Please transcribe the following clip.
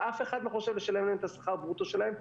ואף אחד לא חושב לשלם להם את השכר ברוטו שלהם,